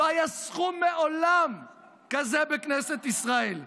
לא היה מעולם סכום כזה בכנסת ישראל.